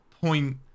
point